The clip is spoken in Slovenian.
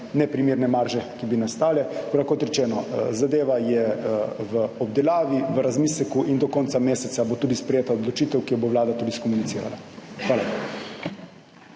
neprimerne marže, ki bi nastale. Tako da, kot rečeno, zadeva je v obdelavi, v razmisleku in do konca meseca bo tudi sprejeta odločitev, ki jo bo Vlada tudi skomunicirala. Hvala.